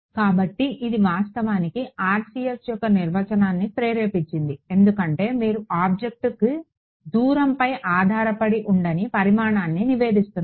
కాబట్టి ఇది వాస్తవానికి RCS యొక్క నిర్వచనాన్ని ప్రేరేపించింది ఎందుకంటే మీరు ఆబ్జెక్ట్కు దూరంపై ఆధారపడి ఉండని పరిమాణాన్ని నివేదిస్తున్నారు